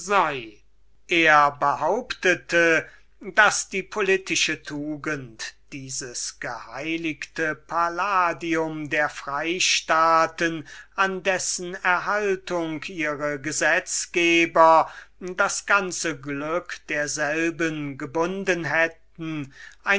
er zeigte daß die tugend dieses geheiligte palladium der freistaaten an dessen erhaltung ihre gesetzgeber das ganze glück derselben gebunden hätten